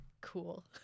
Cool